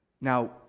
Now